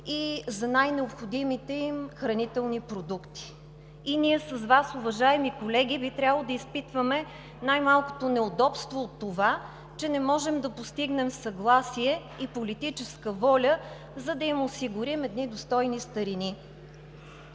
и за най-необходимите им хранителни продукти. И ние с Вас, уважаеми колеги, най-малкото би трябвало да изпитваме неудобство от това, че не можем да постигнем съгласие и политическа воля, за да им осигурим едни достойни старини.